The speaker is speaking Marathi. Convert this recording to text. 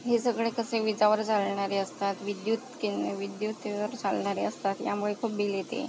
हे सगळे कसे विजावर जळणारे असतात विद्युत केन्ने विद्युततेवर चालणारे असतात यामुळे खूप बिल येते